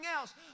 else